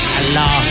Hello